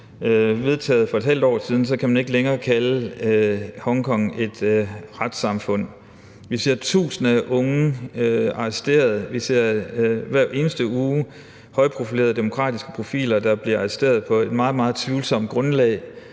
vedtaget for et halvt år siden, har man ikke længere kunnet kalde Hongkong et retssamfund. Vi ser tusinder af unge arresterede. Vi ser hver eneste uge højprofilerede demokratiske personer, der bliver arresteret på et meget, meget tvivlsomt grundlag.